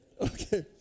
Okay